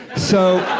so,